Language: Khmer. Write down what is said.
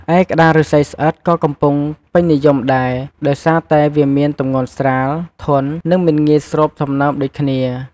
ឯ ក្ដារឫស្សីស្អិតក៏កំពុងពេញនិយមដែរ ដោយសារតែវាមានទម្ងន់ស្រាល ធន់ និងមិនងាយស្រូបសំណើមដូចគ្នា។